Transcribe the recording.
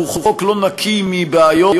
הוא חוק לא נקי מבעיות.